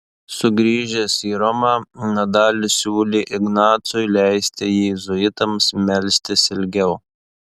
sugrįžęs į romą nadalis siūlė ignacui leisti jėzuitams melstis ilgiau